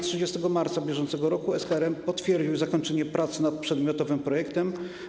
30 marca br. SKRM potwierdził zakończenie prac nad przedmiotowym projektem.